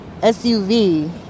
SUV